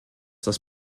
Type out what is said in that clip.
das